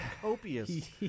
copious